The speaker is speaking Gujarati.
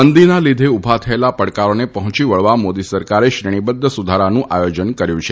મંદીના લીધે ઉભા થયેલા પડકારોને પર્હોંચી વળવા મોદી સરકારે શ્રેણીબધ્ધ સુધારાનું આયોજન કર્યું છે